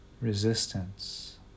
resistance